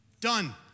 Done